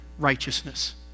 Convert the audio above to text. righteousness